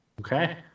Okay